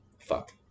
Fuck